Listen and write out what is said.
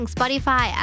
Spotify